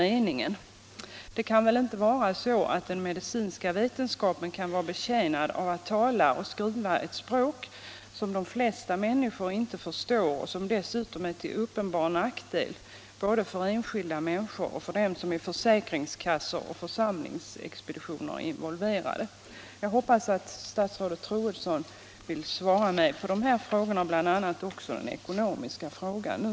Men det kan väl inte vara så att den medicinska vetenskapen är betjänt av att tala och skriva ett språk, som de flesta människor inte förstår och som dessutom är till uppenbar nackdel både för enskilda människor och för dem som är verksamma vid försäkringskassor och församlingsexpeditioner. Jag hoppas att statsrådet Troedsson vill svara på mina frågor, också på den som var av ekonomisk natur.